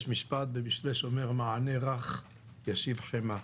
יש משפט במשלי שאומר: "מענה רך ישיב חמה".